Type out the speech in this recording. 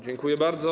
Dziękuję bardzo.